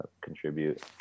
contribute